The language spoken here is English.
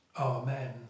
Amen